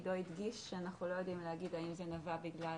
עדו הדגיש שאנחנו לא יודעים להגיד האם זה נבע בגלל